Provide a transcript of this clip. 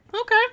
Okay